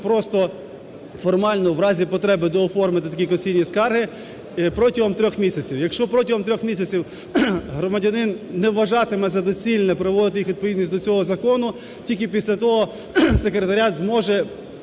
просто формально, в разі потреби, дооформити такі конституційні скарги протягом трьох місяців. Якщо протягом трьох місяців громадянин не вважатиме за доцільне приводити їх у відповідність до цього закону, тільки після того секретаріат зможе